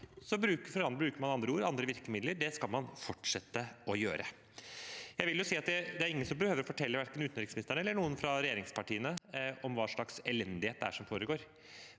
bruker man andre ord og andre virkemidler. Det skal man fortsette å gjøre. Jeg vil si at ingen behøver å fortelle verken utenriksministeren eller noen fra regjeringspartiene om hva slags elendighet det er som foregår.